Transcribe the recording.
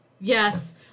Yes